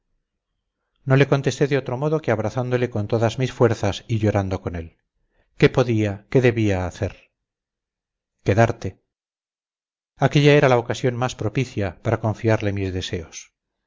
no le contesté de otro modo que abrazándole con todas mis fuerzas y llorando con él qué podía qué debía hacer quedarte aquélla era la ocasión más propia para confiarle mis deseos